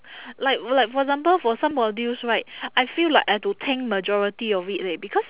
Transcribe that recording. like like for example for some modules right I feel like I have to tank majority of it leh because